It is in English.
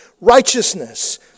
righteousness